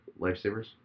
lifesavers